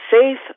safe